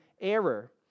error